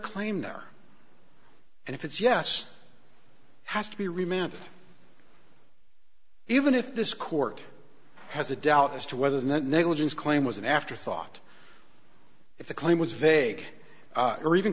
claim there and if it's yes has to be remanded even if this court has a doubt as to whether the negligence claim was an afterthought if the claim was vague or even